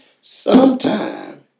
sometime